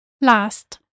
last